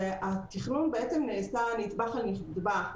והתכנון נעשה נדבך על נדבך.